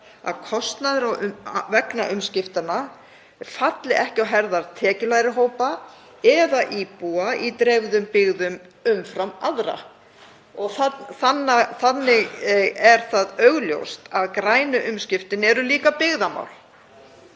að kostnaður vegna umskiptanna falli ekki á herðar tekjulægri hópa eða íbúa í dreifðum byggðum umfram aðra. Þannig er augljóst að grænu umskiptin eru líka byggðamál